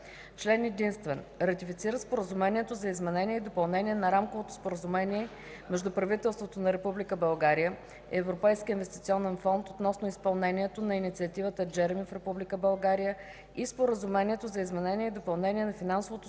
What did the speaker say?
Член единствен. Ратифицира Споразумението за изменение и допълнение на Рамковото споразумение между правителството на Република България и Европейския инвестиционен фонд относно изпълнението на Инициативата JEREMIE в Република България и Споразумението за изменение и допълнение на Финансовото